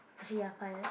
she unfired